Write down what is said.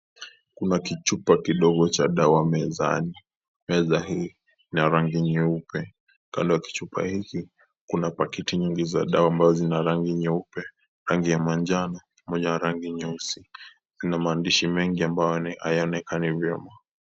Kuna kichupa kidogo cha dawa mezani. Meza hii, ina rangi nyeupe. Kando ya kichupa hiki kuna pakiti nyingi za dawa ambazo zina rangi nyeupe, rangi ya manjano, moja ya rangi nyeusi na maandishi mengi ambayo hayaonekani vyema.